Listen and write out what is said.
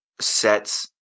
sets